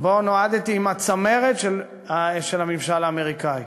שבו נועדתי עם הצמרת של הממשל האמריקני,